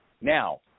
Now